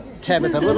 Tabitha